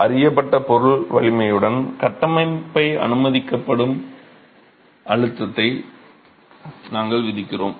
அறியப்பட்ட பொருள் வலிமையுடன் கட்டமைப்பை அனுமதிக்கப்படும் அனுமதிக்கப்பட்ட அழுத்தத்தை நாங்கள் விதிக்கிறோம்